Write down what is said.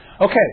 Okay